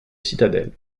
citadelle